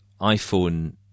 iphone